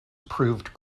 proved